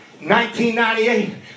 1998